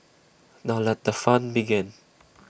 now let the fun begin